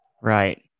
Right